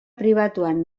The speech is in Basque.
pribatuan